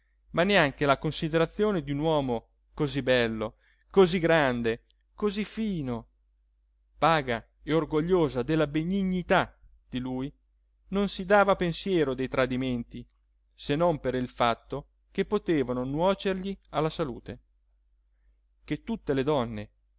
ma neanche la considerazione di un uomo così bello così grande così fino paga e orgogliosa della benignità di lui non si dava pensiero dei tradimenti se non per il fatto che potevano nuocergli alla salute che tutte le donne